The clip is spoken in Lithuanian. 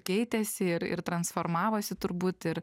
keitėsi ir ir transformavosi turbūt ir